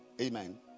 Amen